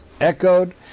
Echoed